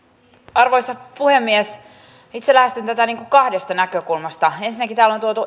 arvoisa puhemies itse lähestyn tätä kahdesta näkökulmasta ensinnäkin täällä on tuotu